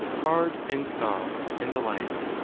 hard and soft and the like.